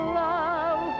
love